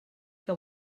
que